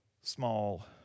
small